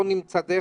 בואו נמצא דרך.